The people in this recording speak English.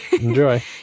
enjoy